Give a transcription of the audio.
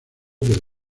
del